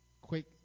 quick